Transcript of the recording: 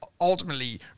ultimately